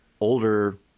older